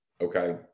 Okay